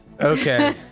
Okay